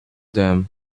them